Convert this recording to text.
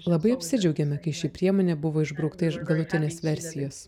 labai apsidžiaugėme kai ši priemonė buvo išbraukta iš galutinės versijos